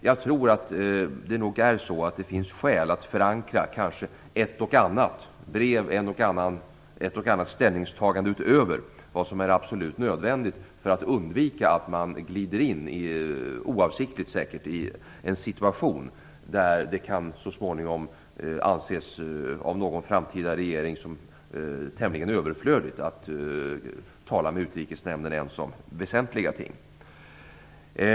Jag tror att det finns skäl att förankra ett och annat brev och ett och annat ställningstagande utöver vad som är absolut nödvändigt för att undvika att man, säkert oavsiktligt, glider in i en situation då det av en framtida regering så småningom kan anses tämligen överflödigt att tala med Utrikesnämnden ens om väsentliga ting.